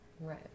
Right